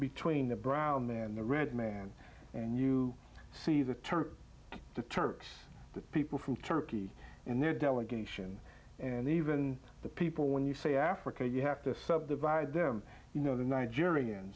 between the brown then the red man and you see the turks the turkish people from turkey in their delegation and even the people when you say africa you have to subdivide them you know the nigerian